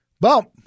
Bump